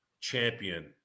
champion